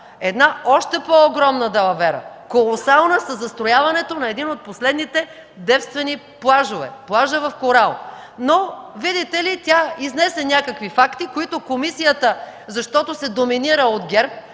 Една още по-огромна далавера – колосална със застрояването на един от последните девствени плажове, плажът „Корал”. Но, видите ли, тя изнесе някакви факти, които комисията, защото се доминира от ГЕРБ,